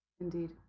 Indeed